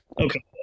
Okay